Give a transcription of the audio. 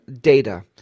data